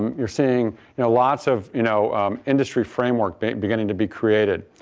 you're seeing you know lots of you know industry framework but beginning to be created.